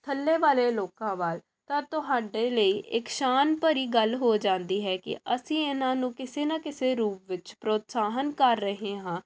ਥੱਲੇ ਵਾਲੇ ਲੋਕਾਂ ਵੱਲ ਤਾਂ ਤੁਹਾਡੇ ਲਈ ਇੱਕ ਸ਼ਾਨ ਭਰੀ ਗੱਲ ਹੋ ਜਾਂਦੀ ਹੈ ਕਿ ਅਸੀਂ ਇਹਨਾਂ ਨੂੰ ਕਿਸੇ ਨਾ ਕਿਸੇ ਰੂਪ ਵਿੱਚ ਪ੍ਰੋਤਸਾਹਨ ਕਰ ਰਹੇ ਹਾਂ